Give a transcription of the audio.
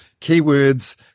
Keywords –